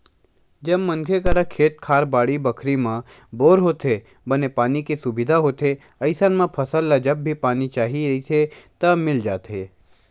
जब मनखे करा खेत खार, बाड़ी बखरी म बोर होथे, बने पानी के सुबिधा होथे अइसन म फसल ल जब भी पानी चाही रहिथे त मिल जाथे